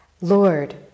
Lord